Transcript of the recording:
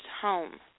home